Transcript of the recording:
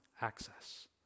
access